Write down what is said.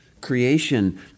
Creation